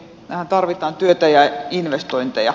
mehän tarvitsemme työtä ja investointeja